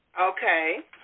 Okay